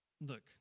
look